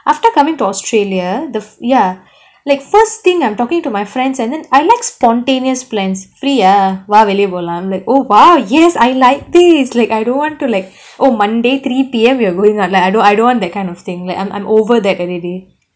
after coming to australia the ya like first thing I'm talking to my friends and then I like spontaneous plans free ah வா வெளிய போலாம்:va veliya polaam oh !wow! yes I like this like I don't want to like oh monday three P_M we're going out like I don't I don't want that kind of thing that I'm I'm over that already